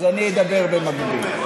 אז אני אדבר במקביל.